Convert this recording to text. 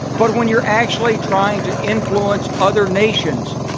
but when you're actually trying to influence other nations,